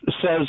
says